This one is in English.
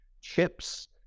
chips